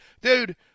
dude –